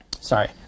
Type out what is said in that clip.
Sorry